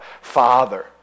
Father